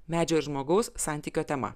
medžio ir žmogaus santykio tema